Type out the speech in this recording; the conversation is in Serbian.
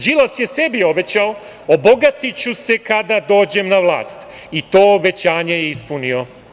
Đilas je sebi obećao – obogatiću se kada dođem na vlast i to obećanje je ispunio.